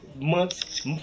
months